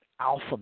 alpha